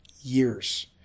years